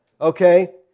Okay